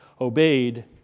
obeyed